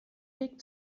weg